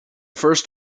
first